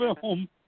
film